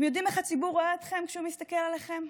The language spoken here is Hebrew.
אתם יודעים איך הציבור רואה אתכם כשהוא מסתכל עליכם?